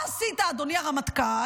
מה עשית, אדוני הרמטכ"ל,